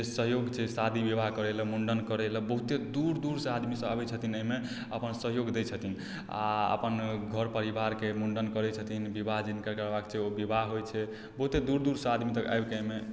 जे सहयोग छै शादी विवाह करय लए मुण्डन करय लए बहुते दूर दूर सँ आदमी सब आबय छथिन अइमे अपन सहयोग दै छथिन आओर अपन घर परिवारके मुण्डन करय छथिन विवाह जिनका करबाके छै ओ विवाह होइ छै बहुते दूर दूर सँ आदमी सब आबिके अइमे